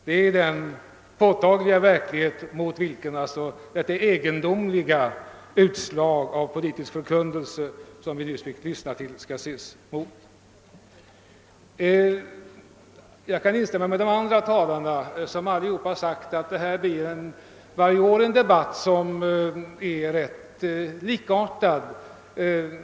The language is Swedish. Det är den påtagliga verklighet, mot vilken bakgrund detta egendomliga utslag av politisk förkunnelse, som vi nyss fick lyssna till, skall ses. Jag kan instämma med de andra talarna som alla har sagt att det här varje år blir en debatt som är likartad.